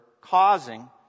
causing